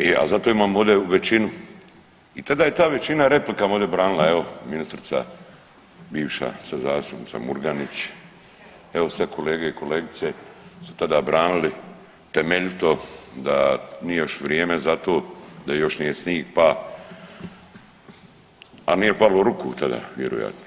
E a zato imamo ovdje većinu i tada je ta većina replikama ovdje branila, evo ministrica bivša sad zastupnica Murganić, evo sad kolege i kolegice su tada branili temeljito da nije još vrijeme za to, da još nije snig pa, a nije falilo ruku tada vjerojatno